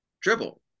dribble